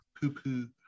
Poo-poo